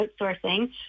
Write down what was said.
outsourcing